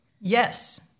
Yes